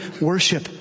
worship